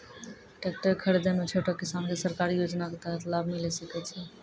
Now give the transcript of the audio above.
Tractor खरीदै मे छोटो किसान के सरकारी योजना के तहत लाभ मिलै सकै छै?